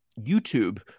YouTube